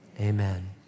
amen